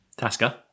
Tasca